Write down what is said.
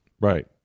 Right